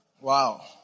Wow